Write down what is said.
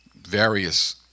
various